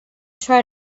try